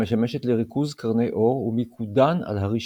המשמשת לריכוז קרני האור ומיקודן על הרשתית.